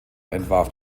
entwarf